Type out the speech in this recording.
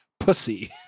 Pussy